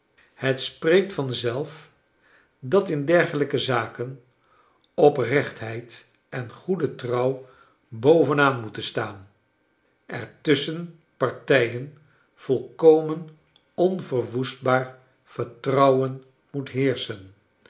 het spreekt van zelf dat in dergelijke zaken oprechtheid en goede trouw bovenaan mceten staan er tusschen partijen volkomen onverwoestbaar vertrouwen moet heerschen